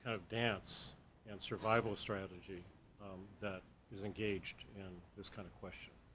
of dense and survival strategy that is engaged in this kind of question.